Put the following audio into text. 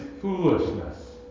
foolishness